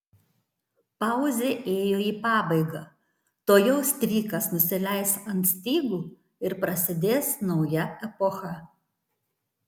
pauzė ėjo į pabaigą tuojau strykas nusileis ant stygų ir prasidės nauja epocha